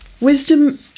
Wisdom